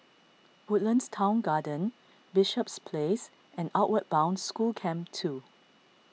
Woodlands Town Garden Bishops Place and Outward Bound School Camp two